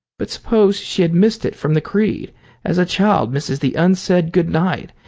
but suppose she had missed it from the creed as a child misses the unsaid good-night,